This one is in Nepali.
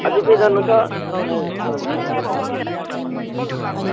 अझै केही जान्नु छ